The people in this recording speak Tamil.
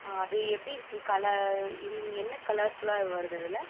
ஆ அது எப்படி இருக்குது கலர் என்ன கலர்ஸுலாம் வருது அதில்